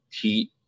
Heat